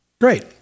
Great